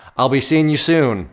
i'll be seeing you soon.